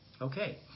Okay